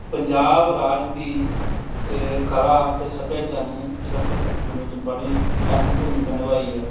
ਪੰਜਾਬ ਰਾਜ ਦੀ ਕਲਾ ਅਤੇ ਸੱਭਿਆਚਾਰ ਨੂੰ ਸੁਰੱਖਿਅਤ ਰੱਖਣ ਵਿੱਚ ਬੜੀ ਅਹਿਮ ਭੂਮਿਕਾ ਨਿਭਾਈ ਹੈ